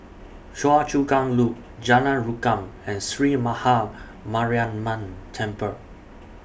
Choa Chu Kang Loop Jalan Rukam and Sree Maha Mariamman Temple